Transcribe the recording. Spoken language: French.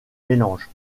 mélange